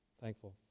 Thankful